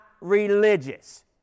religious